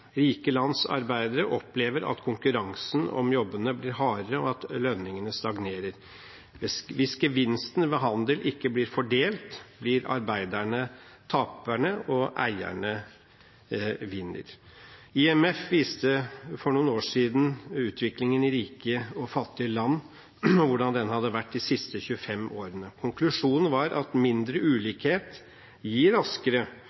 Rike lands arbeidere opplever at konkurransen om jobbene blir hardere, og at lønningene stagnerer. Hvis gevinsten ved handel ikke blir fordelt, blir arbeiderne tapere og eierne vinnere. IMF viste for noen år siden utviklingen i rike og fattige land, og hvordan den hadde vært de siste 25 årene. Konklusjonen var at mindre ulikhet gir raskere